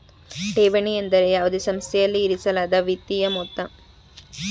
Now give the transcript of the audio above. ಠೇವಣಿ ಎಂದರೆ ಯಾವುದೇ ಸಂಸ್ಥೆಯಲ್ಲಿ ಇರಿಸಲಾದ ವಿತ್ತೀಯ ಮೊತ್ತ